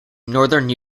northern